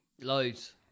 Loads